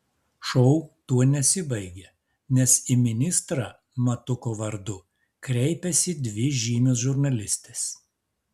šou tuo nesibaigia nes į ministrą matuko vardu kreipiasi dvi žymios žurnalistės